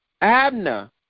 Abner